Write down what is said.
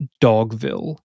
Dogville